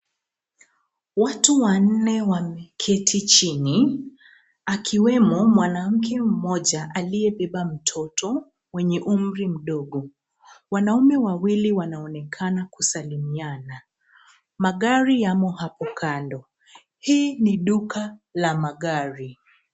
Watu wanne wameketi chini akiwemo mwanamke mmoja aliyebeba mtoto wenye umri mdogo. Wanaume wawili wanaonekana kusalimiana, magari yamo hapo kando. Hii ni duka ya magari.